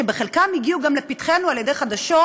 שבחלקם הגיעו גם לפתחנו על-ידי חדשות